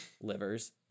livers